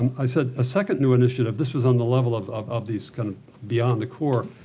i said, a second new initiative this was on the level of of these kind of beyond the core.